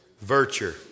virtue